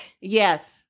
Yes